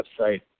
website